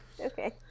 Okay